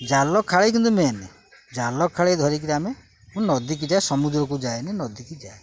ଜାଲ ଖାଳି କିନ୍ତୁ ମେନ ଜାଲ ଖାଳି ଧରିକିରି ଆମେ ମୁଁ ନଦୀକି ଯାଏ ସମୁଦ୍ରକୁ ଯାଏନି ନଦୀକି ଯାଏ